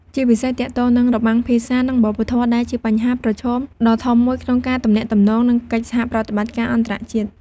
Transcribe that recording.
ជាពិសេសទាក់ទងនឹងរបាំងភាសា និងវប្បធម៌ ដែលជាបញ្ហាប្រឈមដ៏ធំមួយក្នុងការទំនាក់ទំនង និងកិច្ចសហប្រតិបត្តិការអន្តរជាតិ។